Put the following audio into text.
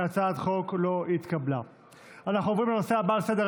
ההצעה להעביר לוועדה את